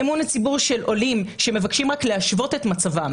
של עולים שמבקשים להשוות את מצבם